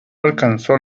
alcanzó